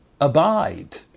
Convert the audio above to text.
abide